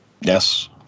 Yes